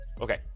Okay